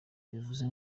bivuze